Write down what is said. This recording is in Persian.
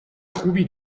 خوبی